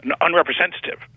unrepresentative